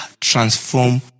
transform